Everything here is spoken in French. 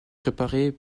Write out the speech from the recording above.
préparés